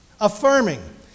Affirming